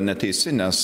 neteisi nes